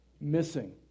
missing